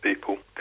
people